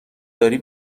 داری